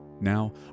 Now